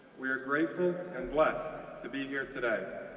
we are grateful and blessed to be here today.